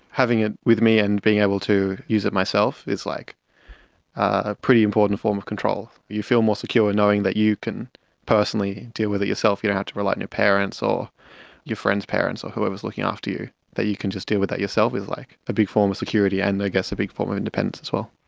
having it with me and being able to use it myself is like a pretty important form of control. you feel more secure knowing that you can personally deal with it yourself, you don't have to rely on your parents or your friends' parents or whoever is looking after you, that you can just deal with it yourself is like a big form of security and i guess a big form of independence as well.